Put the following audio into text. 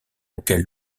auquel